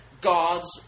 god's